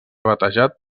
batejat